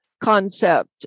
concept